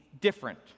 different